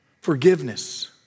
Forgiveness